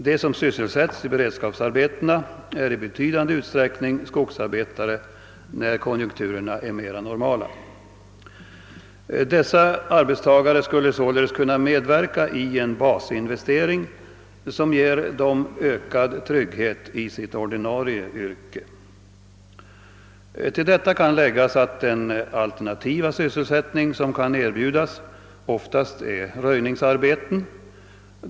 De som sysselsätts i beredskapsarbetena är i betydande utsträckning skogsarbetare, när konjunkturerna är mera normala. Dessa arbetstagare skulle således kunna medverka i en basinvestering, som ger dem ökad trygghet i deras ordinarie yrken. Till detta kan läggas att den alternativa sysselsättning, som kan erbjudas, oftast är röjningsarbeten.